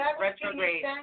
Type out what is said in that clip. retrograde